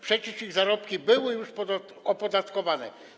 Przecież ich zarobki były już opodatkowane.